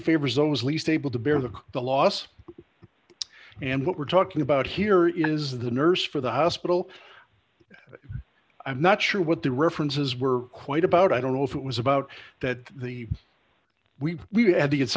favors those least able to bear the the loss and what we're talking about here is the nurse for the hospital i'm not sure what the references were quite about i don't know if it was about that the we we had t